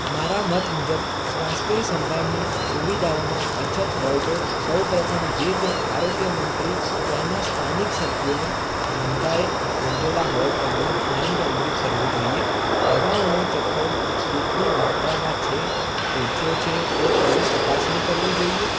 મારા મત મુજબ સ્વાસ્થ્ય સંભાળની સુવિધાઓમાં અછત હોય તો સૌ પ્રથમ જે તે આરોગ્યમંત્રી ત્યાંના સ્થાનિક સભ્યોને જનતાએ ચૂંટેલા હોય તેમનું ધ્યાન કેન્દ્રિત કરવું જોઈએ દવાઓનો જથ્થો કેટલી માત્રામાં છે ઓછો છે કે તેની ચકાસણી કરવી જોઈએ